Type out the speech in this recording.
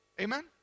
Amen